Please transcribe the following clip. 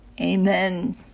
Amen